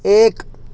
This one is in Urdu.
ایک